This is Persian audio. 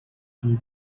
جور